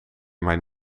mijn